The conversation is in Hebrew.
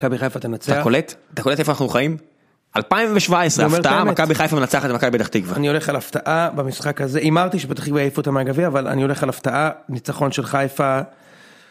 מכבי חיפה תנצח, אתה קולט אתה קולט איפה אנחנו חיים, 2017 הפתעה מכבי חיפה מנצחת את מכבי פתח תקווה, אני הולך על הפתעה במשחק הזה, הימרתי שביל יעיפו אותם מהגביע אבל אני הולך על הפתעה, ניצחון של חיפה.